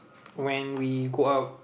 when we go out